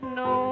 no